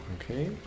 Okay